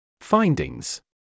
Findings